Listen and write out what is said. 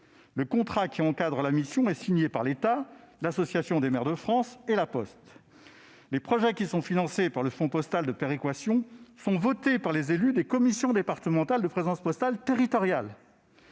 Le contrat encadrant la mission est signé par l'État, l'Association des maires de France et des présidents d'intercommunalité et La Poste. Les projets qui sont financés par le fonds postal de péréquation sont votés par les élus des commissions départementales de présence postale territoriale.